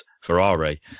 Ferrari